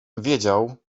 wiedział